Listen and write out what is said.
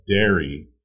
dairy